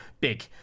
big